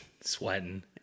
sweating